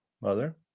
Mother